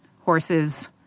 horses